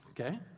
Okay